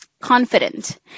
confident